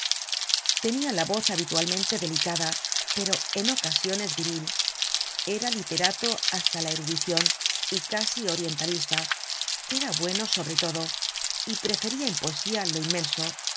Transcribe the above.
tenia la voz habitualmente delicada pero en ocasiones viril era literato hasta la erudicion y casi orientalista era bueno sobre todo y preferia en poesía lo inmenso